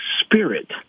spirit